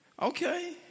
Okay